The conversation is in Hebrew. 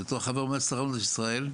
בתור חבר מועצת הרבנות לישראל,